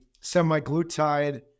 semi-glutide